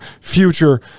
future